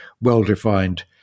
well-defined